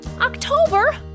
october